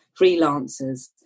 freelancers